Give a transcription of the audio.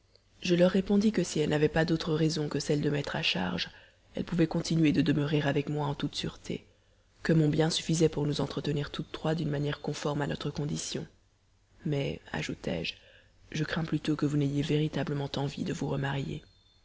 je leur répondis que si elles n'avaient pas d'autres raisons que celle de m'être à charge elles pouvaient continuer de demeurer avec moi en toute sûreté que mon bien suffisait pour nous entretenir toutes trois d'une manière conforme à notre condition mais ajoutai-je je crains plutôt que vous n'ayez véritablement envie de vous remarier